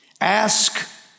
Ask